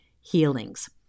healings